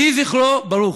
יהי זכרו ברוך.